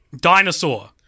dinosaur